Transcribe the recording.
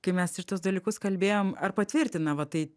kai mes šituos dalykus kalbėjom ar patvirtina va tai